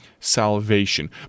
salvation